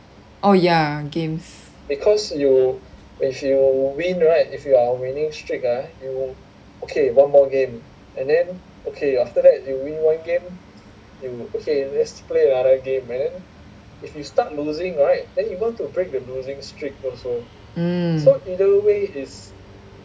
oh ya games mm